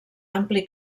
ampli